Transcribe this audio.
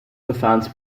verfahrens